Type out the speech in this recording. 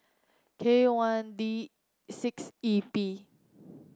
K one D six E P